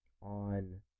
on